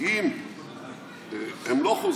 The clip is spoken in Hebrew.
אם הם לא חוזרים,